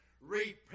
Repent